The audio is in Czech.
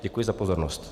Děkuji za pozornost.